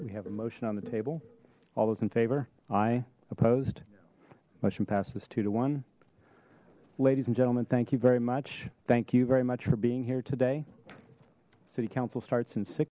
we have a motion on the table all those in favor aye opposed motion passes two to one ladies and gentlemen thank you very much thank you very much for being here today city council starts in sick